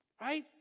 Right